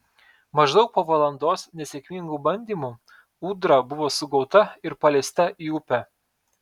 maždaug po valandos nesėkmingų bandymų ūdra buvo sugauta ir paleista į upę